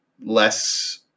less